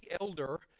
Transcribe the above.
elder